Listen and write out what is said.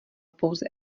pouze